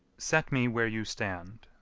set me where you stand.